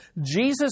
Jesus